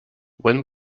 when